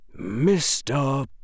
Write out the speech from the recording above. Mr